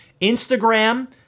Instagram